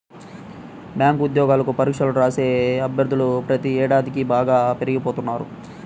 bank ఉద్యోగాలకు పరీక్షలను రాసే అభ్యర్థులు ప్రతి ఏడాదికీ బాగా పెరిగిపోతున్నారు